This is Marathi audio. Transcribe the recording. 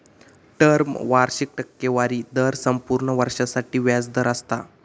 टर्म वार्षिक टक्केवारी दर संपूर्ण वर्षासाठी व्याज दर असता